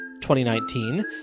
2019